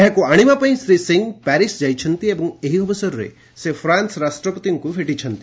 ଏହାକୁ ଆଣିବା ପାଇଁ ଶ୍ରୀ ସିଂହ ପ୍ୟାରିଶ୍ ଯାଇଛନ୍ତି ଏବଂ ଏହି ଅବସରରେ ସେ ଫ୍ରାନ୍ନ ରାଷ୍ଟ୍ରପତିଙ୍କୁ ଭେଟିଛନ୍ତି